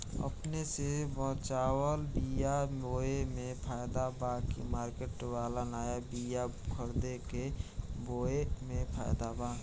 अपने से बचवाल बीया बोये मे फायदा बा की मार्केट वाला नया बीया खरीद के बोये मे फायदा बा?